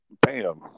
Bam